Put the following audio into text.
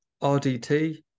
RDT